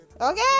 Okay